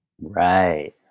Right